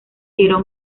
quiero